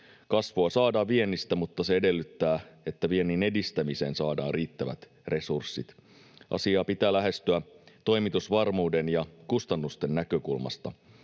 Kasvua saadaan viennistä, mutta se edellyttää, että viennin edistämiseen saadaan riittävät resurssit. Asiaa pitää lähestyä toimitusvarmuuden ja kustannusten näkökulmasta.